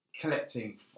collecting